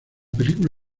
película